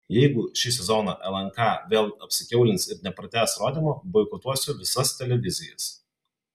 jeigu šį sezoną lnk vėl apsikiaulins ir nepratęs rodymo boikotuosiu visas televizijas